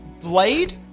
blade